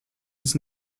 his